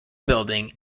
building